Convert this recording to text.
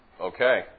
Okay